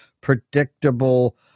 predictable